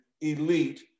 elite